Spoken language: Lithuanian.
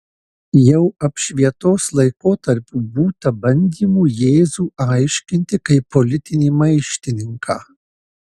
jau apšvietos laikotarpiu būta bandymų jėzų aiškinti kaip politinį maištininką